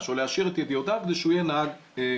או להעשיר את ידיעותיו כדי שהוא יהיה נהג רגיל.